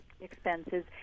expenses